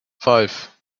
five